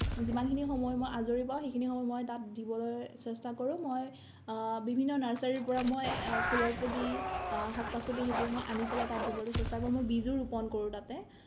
যিমানখিনি সময় মই আজৰি পাওঁ সেইখিনি সময় মই তাত দিবলৈ চেষ্টা কৰোঁ মই বিভিন্ন নাৰ্ছাৰীৰ পৰা মই ফুলৰ পুলি শাক পাচলি সেইবোৰ আনি পেলাই মই তাত ৰুবলৈ চেষ্টা কৰোঁ মই বিজো ৰুপণ কৰোঁ তাতে